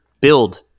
build